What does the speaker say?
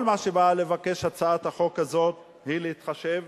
כל מה שהצעת החוק הזאת באה לבקש זה להתחשב